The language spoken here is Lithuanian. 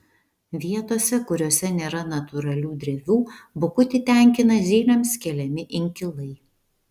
vietose kuriose nėra natūralių drevių bukutį tenkina zylėms keliami inkilai